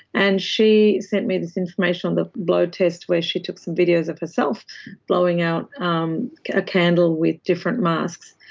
and she sent me this information on the blow test where she took some videos of herself blowing out um a candle with different masks.